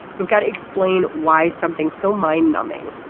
we've got to explain why something so mind numbing,